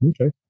Okay